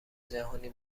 جهانی